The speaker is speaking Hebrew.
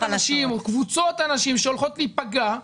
הנשים או קבוצות הנשים שהולכות להיפגע,